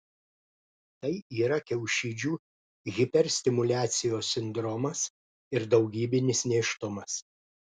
tai yra kiaušidžių hiperstimuliacijos sindromas ir daugybinis nėštumas